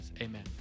amen